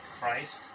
Christ